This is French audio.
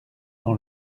dans